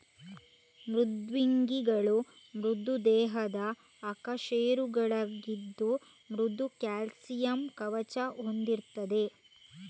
ಮೃದ್ವಂಗಿಗಳು ಮೃದು ದೇಹದ ಅಕಶೇರುಕಗಳಾಗಿದ್ದು ಮೃದು ಕ್ಯಾಲ್ಸಿಯಂ ಕವಚ ಹೊಂದಿರ್ತದೆ